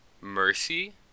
Mercy